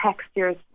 textures